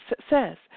success